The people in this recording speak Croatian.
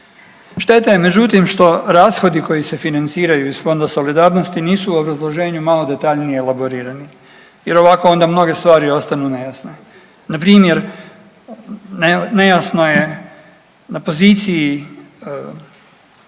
Šteta je međutim što rashodi koji se financiraju iz Fonda solidarnosti nisu u obrazloženju malo detaljnije elaborirani jer ovako onda mnoge stvari ostanu nejasne. Na primjer nejasno je na poziciji